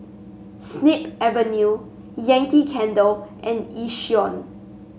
Snip Avenue Yankee Candle and Yishion